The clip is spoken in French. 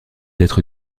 être